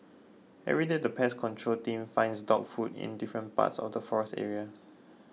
everyday the pest control team finds dog food in different parts of the forest area